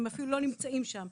הם אפילו לא נמצאים שם,